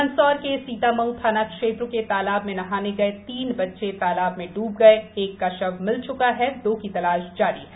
मन्दसौर के सीतामऊ थानां क्षेत्र के तालाब में नहाने गए तीन बच्चे तालाब में डुब गए एक का शव मिला है दो की तलाश की जा रही है